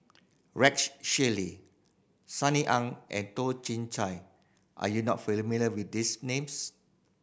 Rex Shelley Sunny Ang and Toh Chin Chye are you not familiar with these names